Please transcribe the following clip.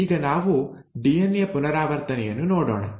ಈಗ ನಾವು ಡಿಎನ್ಎ ಪುನರಾವರ್ತನೆಯನ್ನು ನೋಡೋಣ